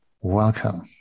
welcome